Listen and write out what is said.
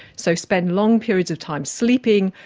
so spend long periods of time sleeping,